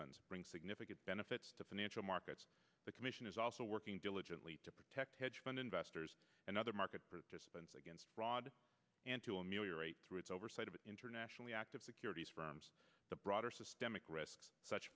funds bring significant benefits to financial markets the commission is also working diligently to protect hedge fund investors and other market participants against fraud and to ameliorate through its oversight of internationally active securities firms the broader systemic risks such